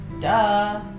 Duh